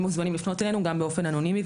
מוזמנים לפנות אלינו גם באופן אנונימי.